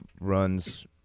runs—